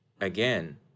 Again